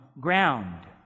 ground